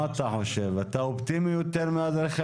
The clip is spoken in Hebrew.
מה אתה חושב, אתה אופטימי יותר מהאדריכלים?